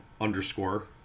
underscore